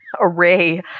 Array